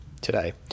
today